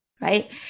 right